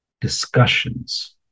discussions